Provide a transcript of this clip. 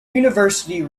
university